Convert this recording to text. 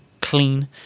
clean